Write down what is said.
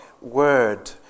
word